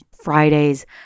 Fridays